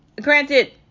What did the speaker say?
granted